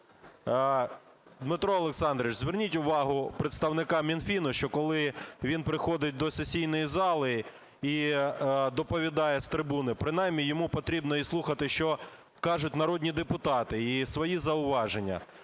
Дмитро Олександровичу, зверніть увагу представника Мінфіну, що коли він приходить до сесійної зали і доповідає з трибуни, принаймні йому потрібно і слухати, що кажуть народні депутати, і свої зауваження.